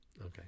Okay